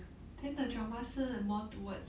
then the drama 是 more towards